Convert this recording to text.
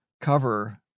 cover